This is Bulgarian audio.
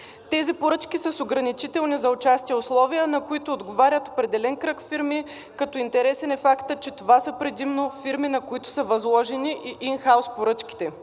Тези поръчки са с ограничителни за участие условия, на които отговарят определен кръг фирми, като интересен е фактът, че това са предимно фирми, на които са възложени и ин хаус поръчките.